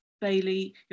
Bailey